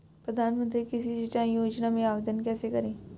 प्रधानमंत्री कृषि सिंचाई योजना में आवेदन कैसे करें?